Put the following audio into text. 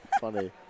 funny